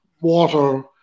water